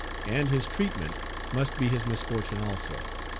and his treatment must be his misfortune also.